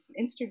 Instagram